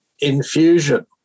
infusion